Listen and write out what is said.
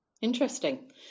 interesting